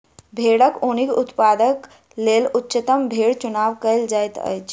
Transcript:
भेड़क ऊन उत्पादनक लेल उच्चतम भेड़क चुनाव कयल जाइत अछि